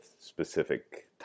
specific